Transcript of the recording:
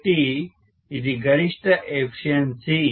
కాబట్టి ఇది గరిష్ట ఎఫిషియన్సి